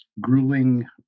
grueling